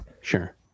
sure